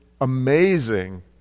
amazing